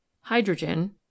Hydrogen